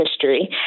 history